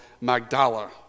Magdala